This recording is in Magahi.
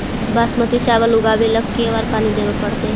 बासमती चावल उगावेला के बार पानी देवे पड़तै?